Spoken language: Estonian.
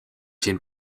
siin